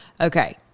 Okay